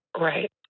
Right